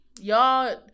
y'all